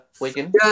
Wigan